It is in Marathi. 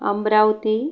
अमरावती